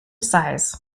size